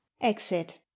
Exit